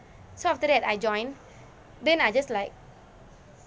so after that I joined then I just like